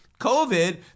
COVID